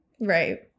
Right